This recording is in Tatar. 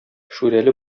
шүрәле